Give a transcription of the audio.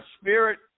spirit